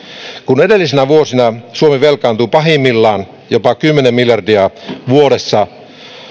kun edellisinä vuosina suomi velkaantui pahimmillaan jopa kymmenen miljardia vuodessa